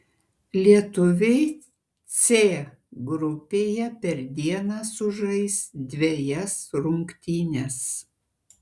lietuviai c grupėje per dieną sužais dvejas rungtynes